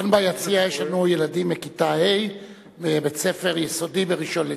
כאן ביציע יש לנו ילדים מכיתה ה' מבית-ספר יסודי בראשון-לציון.